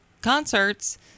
concerts